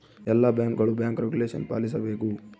ಎಲ್ಲ ಬ್ಯಾಂಕ್ಗಳು bank regulation ಪಾಲಿಸಬೇಕು